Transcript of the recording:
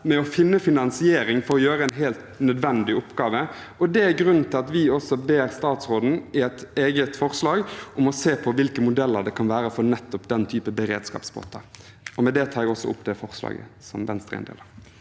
med å finne finansiering for å gjøre en helt nødvendig oppgave. Det er grunnen til at vi i et eget forslag også ber statsråden om å se på hvilke modeller man kan ha for nettopp den typen beredskapspott. Med det tar jeg også opp det forslaget som Venstre er